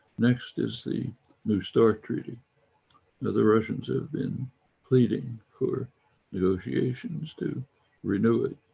next is the new start treaty that the russians have been pleading for negotiations to renew it.